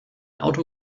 auto